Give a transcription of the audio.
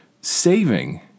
saving